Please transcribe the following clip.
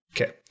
Okay